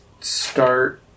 start